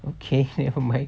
okay nevermind